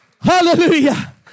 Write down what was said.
Hallelujah